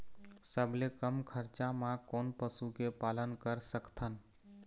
सबले कम खरचा मा कोन पशु के पालन कर सकथन?